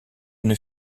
une